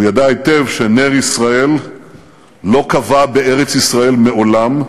הוא ידע היטב שנר ישראל לא כבה בארץ-ישראל מעולם,